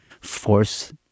force